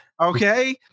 Okay